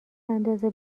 اندازه